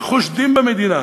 שחושדים במדינה,